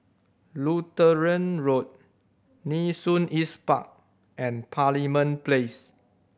Lutheran Road Nee Soon East Park and Parliament Place